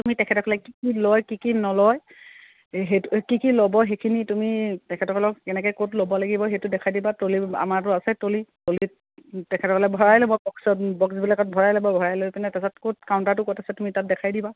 তুমি তেখেতসকলে কি কি লয় কি কি নলয় সেইটো কি কি ল'ব সেইখিনি তুমি তেখেতসকলক কেনেকৈ ক'ত ল'ব লাগিব সেইটো দেখাই দিবা ট্ৰলি আমাৰতো আছে ট্ৰলিত তেখেতসকলে ভৰাই ল'ব বক্সত বক্সবিলাকত ভৰাই ল'ব ভৰাই লৈ পিনে তাৰপাছত ক'ত কউন্টাৰটো ক'ত আছে তুমি তাত দেখাই দিবা